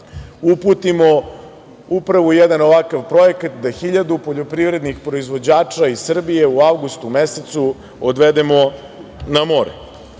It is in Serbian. uputimo upravo jedan ovakav projekat da 1.000 poljoprivrednih proizvođača iz Srbije u avgustu mesecu odvedemo na more. Ovo